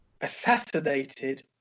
assassinated